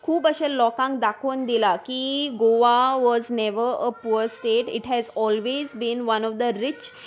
खूब अशें लोकांक दाखोवन दिलां की Goa was never a poor state it has always been one of the rich